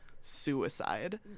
suicide